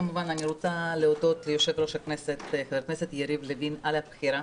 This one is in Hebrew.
כמובן אני רוצה להודות ליושב-ראש הכנסת חבר הכנסת יריב לוין על הבחירה.